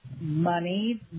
Money